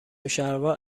شلوار